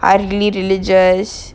ugly religious